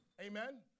Amen